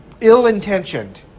ill-intentioned